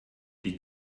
die